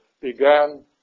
began